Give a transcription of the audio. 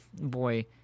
boy